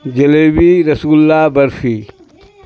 jalebi rasgulla barfi